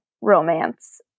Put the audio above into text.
romance